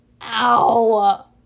Ow